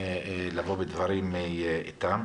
לבוא בדברים גם איתם.